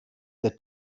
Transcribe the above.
der